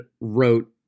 wrote